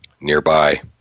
nearby